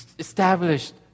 Established